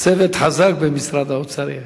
יש צוות חזק במשרד האוצר.